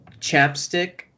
Chapstick